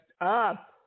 up